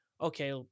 okay